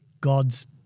God's